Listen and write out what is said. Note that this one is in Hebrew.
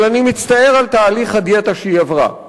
אבל אני מצטער על תהליך הדיאטה שהיא עברה,